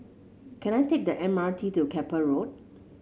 can I take the M R T to Keppel Road